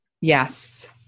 yes